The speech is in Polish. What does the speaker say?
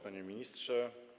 Panie Ministrze!